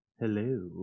Hello